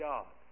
God